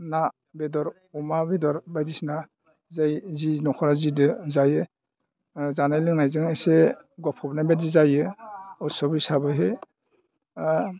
ना बेदर अमा बेदर बायदिसिना जायो जि न'खरा जिजों जायो जानाय लोंनायजोंनो एसे गफबनायबायदि जायो उत्सब हिसाबैहै